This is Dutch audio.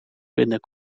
binnen